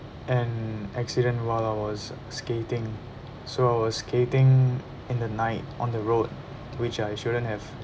an accident while I was skating so I was skating in the night on the road which I shouldn't have